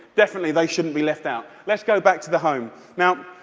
definitely they shouldn't be left out. let's go back to the home. now,